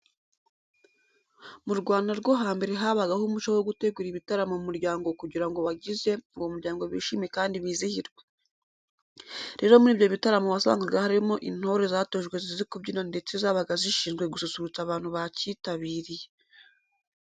Mu Rwanda rwo hambere habagaho umuco wo gutegura ibitaramo mu muryango kugira ngo abagize uwo muryango bishime kandi bizihirwe. Rero muri ibyo bitaramo wasangaga harimo intore zatojwe zizi kubyina ndetse zabaga zishinzwe gususurutsa abantu bacyitabiriye.